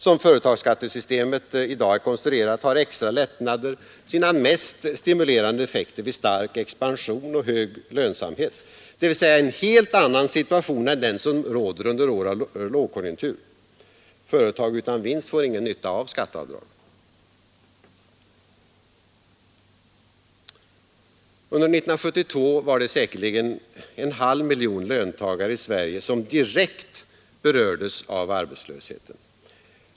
Som företagsskattesystemet i dag är konstruerat har extra lättnader sina mest stimulerande effekter vid stark expansion och hög lönsamhet, dvs. i en helt annan situation än den som råder under år av lågkonjunktur. Företag utan vinst får ingen nytta av skatteavdrag. Under 1972 var det säkerligen en halv miljon löntagare i Sverige som direkt berördes av arbetslösheten.